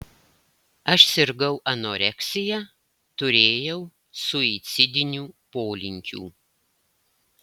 aš sirgau anoreksija turėjau suicidinių polinkių